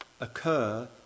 occur